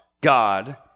God